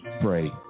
pray